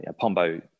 Pombo